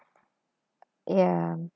ya